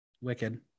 Wicked